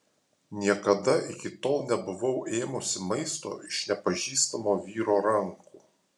niekada iki tol nebuvau ėmusi maisto iš nepažįstamo vyro rankų